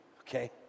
okay